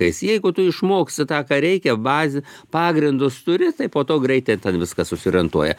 jeigu tu išmoksi tą ką reikia bazę pagrindus turi tai po to greitai ten viskas susiorientuoja